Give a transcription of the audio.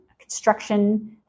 construction